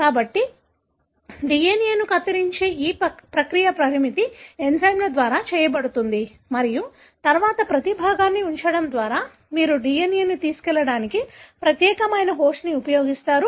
కాబట్టి DNA ను కత్తిరించే ఈ ప్రక్రియ పరిమితి ఎంజైమ్ల ద్వారా చేయబడుతుంది మరియు తరువాత ప్రతి భాగాన్ని ఉంచడం ద్వారా మీరు DNA ని తీసుకెళ్లడానికి ప్రత్యేకమైన హోస్ట్ని ఉపయోగిస్తారు